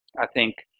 i think,